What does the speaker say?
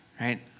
right